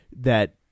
that-